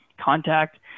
contact